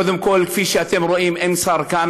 קודם כול, כפי שאתם רואים, אין שר כאן.